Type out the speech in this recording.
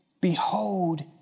Behold